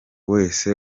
wese